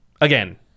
again